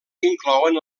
inclouen